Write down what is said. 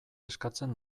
eskatzen